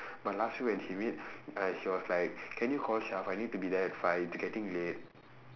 but last week when she meet uh she was like can you call I need to be there at five it's getting late